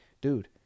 dude